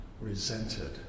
resented